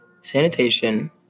sanitation